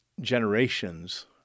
generations